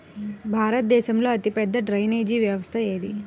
భారతదేశంలో అతిపెద్ద డ్రైనేజీ వ్యవస్థ ఏది?